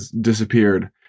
disappeared